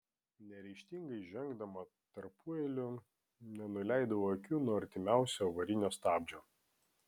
neryžtingai žengdama tarpueiliu nenuleidau akių nuo artimiausio avarinio stabdžio